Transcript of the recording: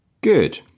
good